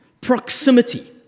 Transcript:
Proximity